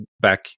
back